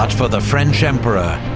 but for the french emperor,